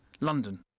London